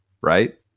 right